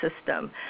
system